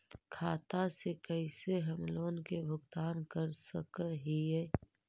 खाता से कैसे हम लोन के भुगतान कर सक हिय?